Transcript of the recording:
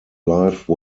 life